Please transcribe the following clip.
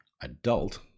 adult